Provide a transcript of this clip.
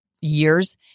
years